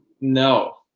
No